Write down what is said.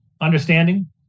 understanding